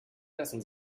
lassen